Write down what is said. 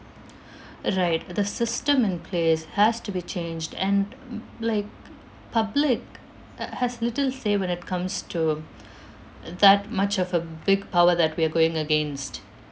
right the system in place has to be changed and mm like public uh has little say when it comes to that much of a big power that we are going against